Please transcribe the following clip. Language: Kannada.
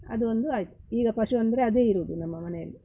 ಅದು ಒಂದು ಆಯಿತು ಈಗ ಪಶು ಅಂದರೆ ಅದೇ ಇರುವುದು ನಮ್ಮ ಮನೆಯಲ್ಲಿ